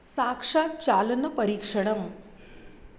साक्षाच्चालनपरीक्षणम्